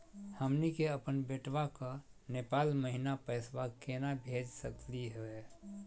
हमनी के अपन बेटवा क नेपाल महिना पैसवा केना भेज सकली हे?